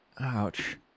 Ouch